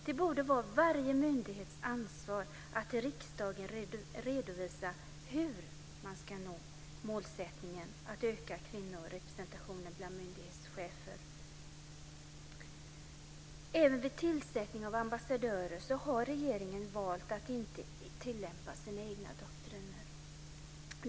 Det borde vara varje myndighets ansvar att till riksdagen redovisa hur man ska nå målsättningen att öka kvinnorepresentationen bland myndighetschefer. Även vid tillsättning av ambassadörer har regeringen valt att inte tillämpa sina egna doktriner.